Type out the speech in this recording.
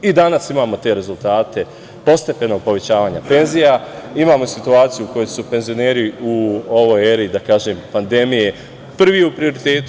I danas imamo te rezultate postepenog povećavanja penzija, imamo situaciju u kojoj su penzioneri u ovoj eri, da kažem pandemije, prvi u prioritetu.